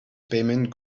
payment